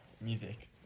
music